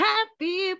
Happy